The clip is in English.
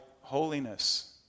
holiness